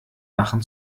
lachen